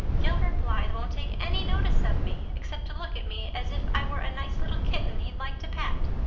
gilbert blythe won't take any notice of me, except to look at me as if i were a nice little kitten he'd like to pat.